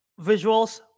Visuals